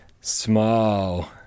Small